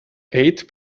eight